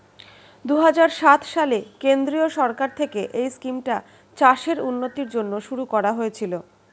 দুহাজার সাত সালে কেন্দ্রীয় সরকার থেকে এই স্কিমটা চাষের উন্নতির জন্য শুরু করা হয়েছিল